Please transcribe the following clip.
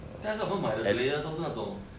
then 他们买的 player 都是那种